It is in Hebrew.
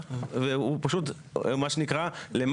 אז הוא לא צריך להגיש בקשה להיתר.